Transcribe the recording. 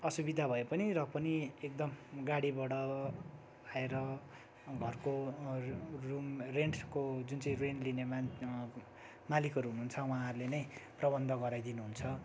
असुविधा भए पनि र पनि एकदम गाडीबाट आएर घरको रुम रेन्टको जुन चाहिँ रेन्ट लिने मान मालिकहरू हुनुहुन्छ उहाँहरूले नै प्रबन्ध गराइदिनु हुन्छ